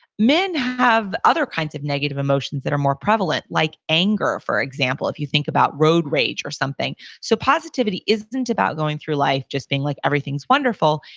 men have other kinds of negative emotions that are more prevalent, like anger, for example. if you think about road rage or something so, positivity isn't about going through life, just being like, everything's wonderful.